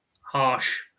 harsh